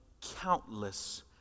countless